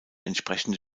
entsprechende